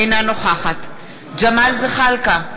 אינה נוכחת ג'מאל זחאלקה,